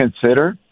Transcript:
consider